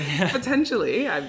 potentially